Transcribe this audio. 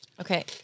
Okay